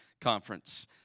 Conference